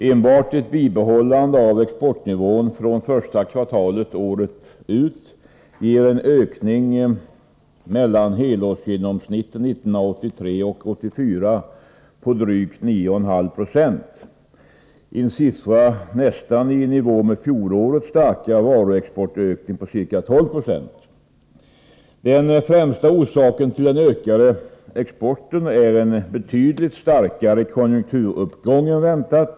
Enbart ett bibehållande av exportnivån från första kvartalet året ut ger en ökning mellan helårsgenomsnitten 1983 och 1984 på drygt 9,5 90 — en siffra nästan i nivå med fjolårets starka varuexportökning på ca 12 P. Den främsta orsaken till den ökade exporten är en betydligt starkare konjunkturuppgång än väntat.